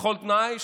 בכל תנאי,